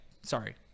Sorry